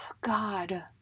god